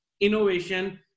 innovation